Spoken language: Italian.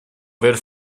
aver